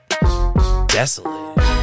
desolate